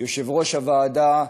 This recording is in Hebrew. ליושב-ראש הוועדה,